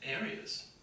areas